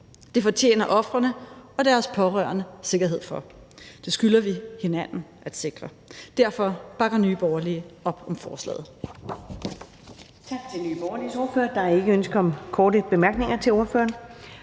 Det fortjener ofrene og deres pårørende sikkerhed for. Det skylder vi hinanden at sikre. Derfor bakker Nye Borgerlige op om forslaget. Kl. 10:31 Første næstformand (Karen Ellemann): Tak til Nye Borgerliges ordfører. Der er ikke ønsker om korte bemærkninger til ordføreren.